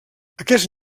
aquest